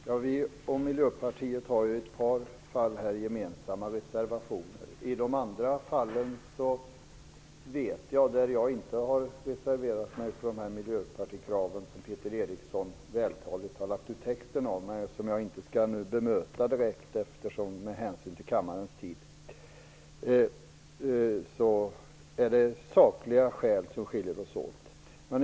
Fru talman! Vänsterpartiet och Miljöpartiet har ett par gemensamma reservationer, men i de andra fallen har jag inte reserverat mig till förmån för de miljöpartikrav som Peter Eriksson vältaligt har lagt ut texten om. Jag skall inte bemöta dem med hänsyn till kammarens tid, men där är det sakliga skäl som skiljer oss åt.